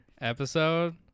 Episode